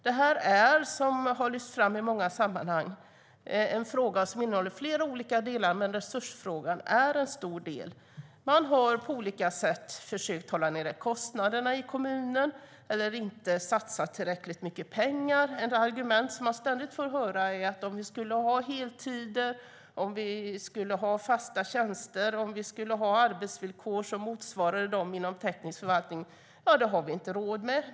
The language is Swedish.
Som har lyfts fram i många sammanhang är detta en fråga som innehåller flera olika delar, men resursfrågan är en stor del. Man har på olika sätt försökt hålla nere kostnaderna i kommunen, och man har inte satsat tillräckligt mycket pengar. Ett argument som man ständigt får höra är: Vi borde ha heltider, fasta tjänster och arbetsvillkor som motsvarar dem inom teknisk förvaltning, men det har vi inte råd med.